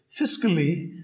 fiscally